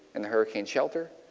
and a hurricane shelter.